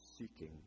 seeking